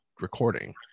recording